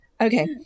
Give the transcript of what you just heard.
Okay